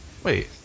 Wait